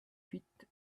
huit